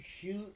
shoot